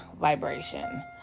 vibration